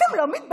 אתם לא מתביישים?